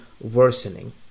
worsening